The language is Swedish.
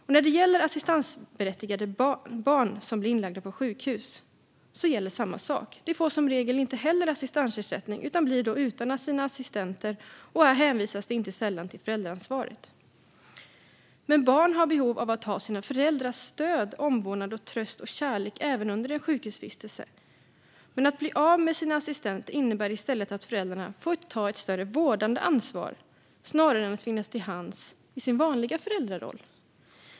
När det gäller assistansberättigade barn som blir inlagda på sjukhus gäller samma sak. De får som regel inte heller assistansersättning och blir då utan sina assistenter. Här hänvisas det inte sällan till föräldraansvaret. Barn har behov av att ha sina föräldrars stöd, omvårdnad, tröst och kärlek även under en sjukhusvistelse. Att de blir av med sin assistent innebär i stället att föräldrarna får ta ett större vårdande ansvar snarare än att finnas till hands i sin vanliga föräldraroll.